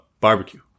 Barbecue